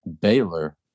Baylor